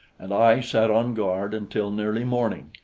and i sat on guard until nearly morning,